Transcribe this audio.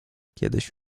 kiedyś